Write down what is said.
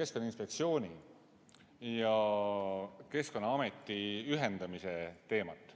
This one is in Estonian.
keskkonnainspektsiooni ja Keskkonnaameti ühendamise teemat.